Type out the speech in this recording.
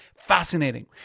fascinating